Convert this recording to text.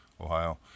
Ohio